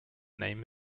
name